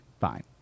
fine